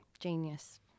Genius